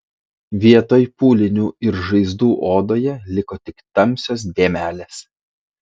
vietoj pūlinių ir žaizdų odoje liko tik tamsios dėmelės